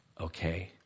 okay